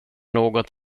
något